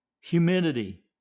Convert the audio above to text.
humidity